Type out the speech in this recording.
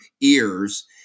ears